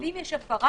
ואם יש הפרה,